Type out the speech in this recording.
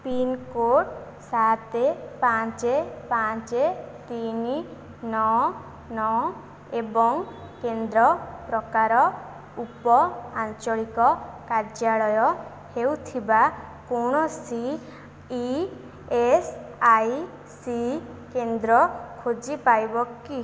pincode ସାତ ପାଞ୍ଚ ପାଞ୍ଚ ତିନି ନଅ ନଅ ଏବଂ କେନ୍ଦ୍ର ପ୍ରକାର ଉପଆଞ୍ଚଳିକ କାର୍ଯ୍ୟାଳୟ ହୋଇଥିବା କୌଣସି ଇ ଏସ୍ ଆଇ ସି କେନ୍ଦ୍ର ଖୋଜିପାରିବ କି